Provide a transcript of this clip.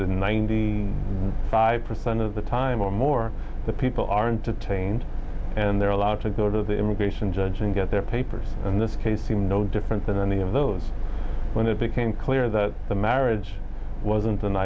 ninety five percent of the time or more people are entertained and they're allowed to go to the immigration judge and get their papers and this case seemed no different than any of those when it became clear that the marriage wasn't an